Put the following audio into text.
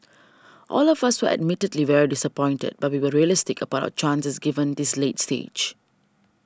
all of us were admittedly very disappointed but we were realistic about our chances given this late stage